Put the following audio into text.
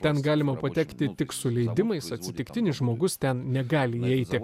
ten galima patekti tik su leidimais atsitiktinis žmogus ten negali įeiti